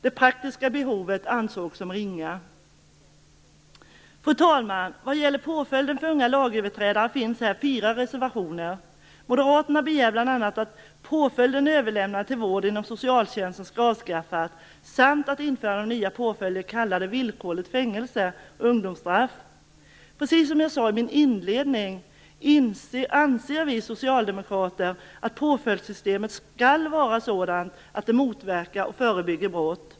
Det praktiska behovet ansågs som ringa. Fru talman! Vad gäller påföljden för unga lagöverträdare finns här fyra reservationer. Moderaterna begär bl.a. att påföljden överlämnande till vård inom socialtjänsten skall avskaffas samt införande av nya påföljder, kallade villkorligt fängelse och ungdomsstraff. Precis som jag sade i min inledning anser vi socialdemokrater att påföljdssystemet skall vara sådant att det motverkar och förebygger brott.